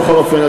בכל אופן,